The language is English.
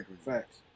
Facts